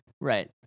right